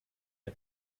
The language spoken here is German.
der